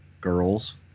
girls